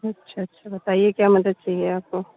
अच्छा अच्छा बताईए क्या मदद चाहिए आपको